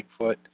Bigfoot